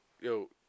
Yo